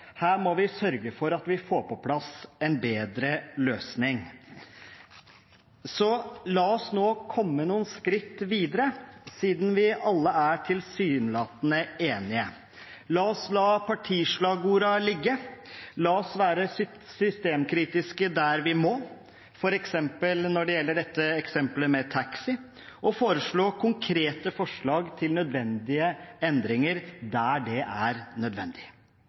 Her må vi sørge for at vi får på plass en bedre løsning. Så la oss nå komme noen skritt videre, siden vi alle er tilsynelatende enig. La oss la partislagordene ligge. La oss være systemkritiske der vi må, for eksempel når det gjelder dette eksempelet med taxi, og foreslå konkrete forslag til nødvendige endringer der det er nødvendig.